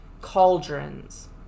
Cauldrons